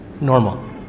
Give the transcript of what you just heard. normal